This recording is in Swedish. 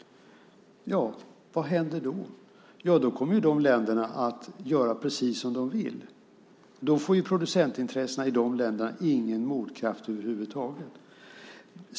Vad händer då? Ja, då kommer de länderna att göra precis som de vill. Då får producentintressena i de länderna ingen motkraft över huvud taget.